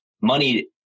money